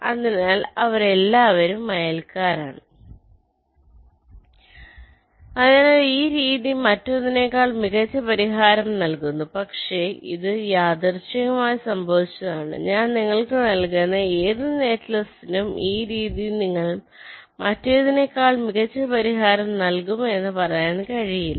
അതിനാൽ അവരെല്ലാവരും അയൽക്കാരാണ് അതിനാൽ ഈ രീതി മറ്റൊന്നിനേക്കാൾ മികച്ച പരിഹാരം നൽകുന്നു പക്ഷേ ഇത് യാദൃശ്ചികമായി സംഭവിച്ചതാണ് ഞാൻ നിങ്ങൾക്ക് നൽകുന്ന ഏത് നെറ്റ്ലിസ്റ്റിനും ഈ രീതി നിങ്ങൾക്ക് മറ്റേതിനേക്കാൾ മികച്ച പരിഹാരം നൽകുമെന്ന് പറയാൻ കഴിയില്ല